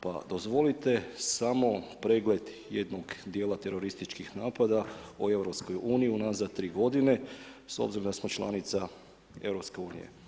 Pa dozvolite samo pregled jednog dijela terorističkih napada u EU unazad 3 godine, s obzirom da smo članica EU.